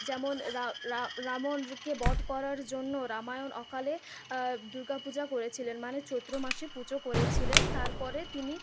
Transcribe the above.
যেমন রাবণকে বধ করার জন্য রামায়ণ অকালে দুর্গা পূজা করেছিলেন মানে চৈত্র মাসে পুজো করেছিলেন তারপরে তিনি